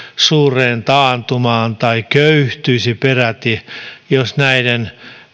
suureen taantumaan tai peräti köyhtyisi jos näiden